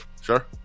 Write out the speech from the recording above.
Sure